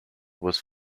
was